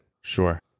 Sure